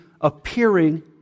appearing